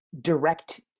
direct